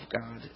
God